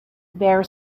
bear